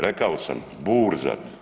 Rekao sam burza.